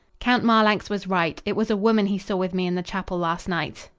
count marlanx was right. it was a woman he saw with me in the chapel last night.